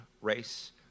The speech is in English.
race